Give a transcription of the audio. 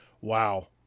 wow